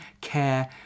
care